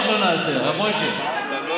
לא נעשה דבר אחד,